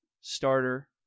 starter